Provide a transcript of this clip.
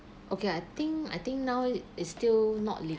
okay I think I think now is still not